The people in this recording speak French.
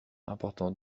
important